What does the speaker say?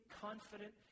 confident